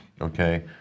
okay